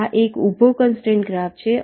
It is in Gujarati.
આ એક ઊભો કનસ્ટ્રેન્ટ ગ્રાફ છે